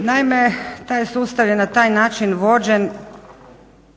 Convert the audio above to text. Naime, taj sustav je na taj način vođen